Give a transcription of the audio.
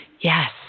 Yes